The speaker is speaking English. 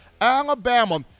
Alabama